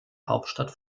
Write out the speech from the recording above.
hauptstadt